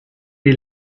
die